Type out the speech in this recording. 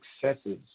successes